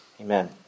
Amen